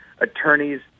attorneys